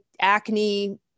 acne